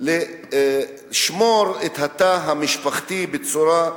לשמור את התא המשפחתי בצורה,